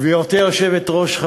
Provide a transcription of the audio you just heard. גברתי היושבת-ראש,